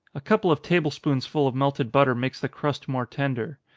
a couple of table-spoonsful of melted butter makes the crust more tender.